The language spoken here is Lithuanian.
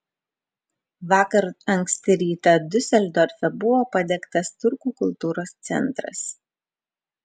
vakar anksti rytą diuseldorfe buvo padegtas turkų kultūros centras